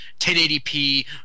1080p